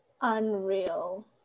unreal